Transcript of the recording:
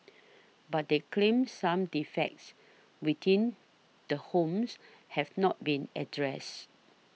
but they claimed some defects within the homes have not been addressed